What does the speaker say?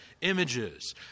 Images